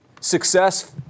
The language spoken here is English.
success